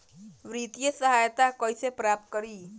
वित्तीय सहायता कइसे प्राप्त करी?